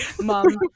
Mom